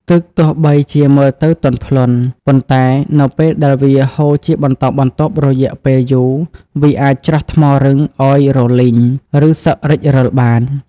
ទឹកទោះបីជាមើលទៅទន់ភ្លន់ ប៉ុន្តែនៅពេលដែលវាហូរជាបន្តបន្ទាប់រយៈពេលយូរ វាអាចច្រោះថ្មរឹងឱ្យរលីង ឬសឹករិចរឹលបាន។